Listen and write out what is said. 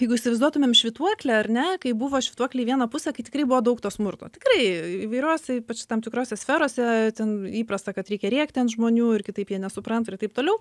jeigu įsivaizduotumėm švytuoklę ar ne kai buvo švytuoklė į vieną pusę kai tikrai buvo daug to smurto tikrai įvairiose ypač tam tikrose sferose ten įprasta kad reikia rėkti ant žmonių ir kitaip jie nesupranta ir taip toliau